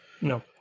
No